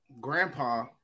Grandpa